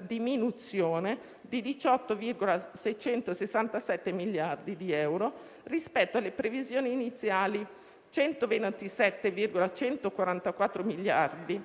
diminuzione di 18,667 miliardi di euro rispetto alle previsioni iniziali di 127,144 miliardi.